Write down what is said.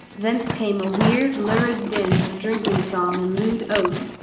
thence came a weird, lurid din of drinking song and lewd oath,